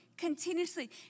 Continuously